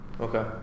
Okay